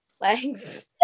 legs